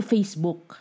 Facebook